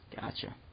Gotcha